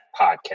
podcast